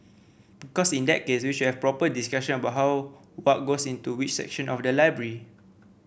because in that case we should have a proper discussion about how what goes into which section of the library